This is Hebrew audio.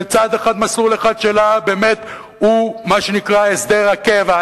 שמסלול אחד שלה הוא מה שנקרא "הסדר הקבע".